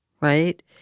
right